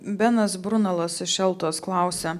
benas brunalas iš eltos klausia